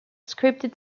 scripted